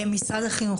משרד החינוך,